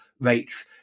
rates